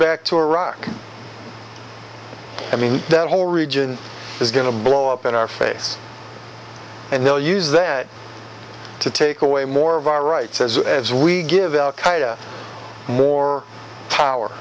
back to iraq i mean that whole region is going to blow up in our face and they'll use that to take away more of our rights as we give al qaeda more power